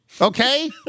Okay